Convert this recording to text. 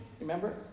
Remember